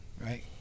right